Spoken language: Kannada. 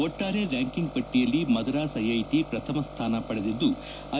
ಒಟ್ಟಾರೆ ರ್ಕಾಂಕಿಂಗ್ ಪಟ್ಟಿಯಲ್ಲಿ ಮದ್ರಾಸ್ ಐಐಟಿ ಪ್ರಥಮ ಸ್ಥಾನ ಪಡೆದಿದ್ದು ಐ